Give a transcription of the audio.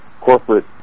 corporate